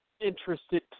interested